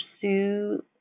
pursue